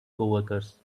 coworkers